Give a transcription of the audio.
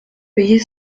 payer